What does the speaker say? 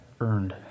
earned